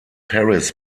paris